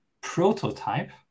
prototype